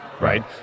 Right